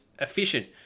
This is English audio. efficient